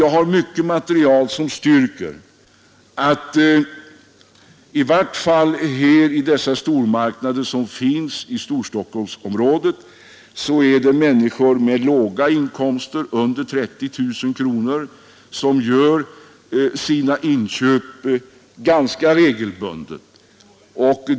Jag har ett material som bestyrker att det i varje fall i Storstockholmsområdets stormarknader ofta är människor med låga inkomster, dvs. under 30 000 kronor, som gör sådana inköpsresor ganska regelbundet.